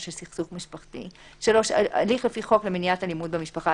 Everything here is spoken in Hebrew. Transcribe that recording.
של סכסוך משפחתי"; (3) הליך לפי חוק מניעת אלימות במשפחה,